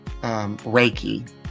Reiki